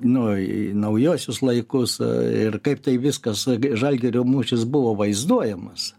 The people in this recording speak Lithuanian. nu į naujuosius laikus ir kaip tai viskas žalgirio mūšis buvo vaizduojamas